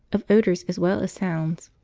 of odours as well as sounds.